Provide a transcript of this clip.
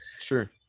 sure